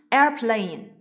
Airplane